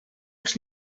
als